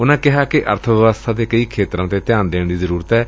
ਉਨਾਂ ਕਿਹਾ ਕਿ ਅਰਥ ਵਿਵਸਥਾ ਦੇ ਕਈ ਖੇਤਰਾਂ ਤੇ ਧਿਆਨ ਦੇਣ ਦੀ ਜ਼ਰੂਰਤ ਏ